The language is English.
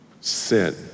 Sin